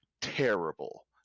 terrible